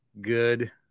Good